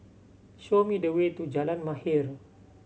show me the way to Jalan Mahir